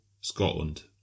Scotland